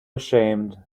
ashamed